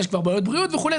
יש כבר בעיות בריאות וכולי.